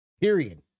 Period